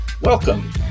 Welcome